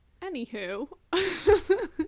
Anywho